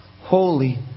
holy